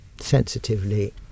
sensitively